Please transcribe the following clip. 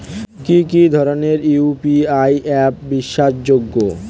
কি কি ধরনের ইউ.পি.আই অ্যাপ বিশ্বাসযোগ্য?